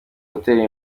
gutera